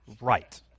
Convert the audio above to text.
right